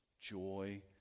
joy